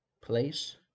place